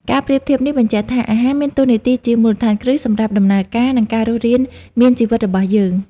ការប្រៀបធៀបនេះបញ្ជាក់ថា អាហារមានតួនាទីជាមូលដ្ឋានគ្រឹះសម្រាប់ដំណើរការ និងការរស់រានមានជីវិតរបស់យើង។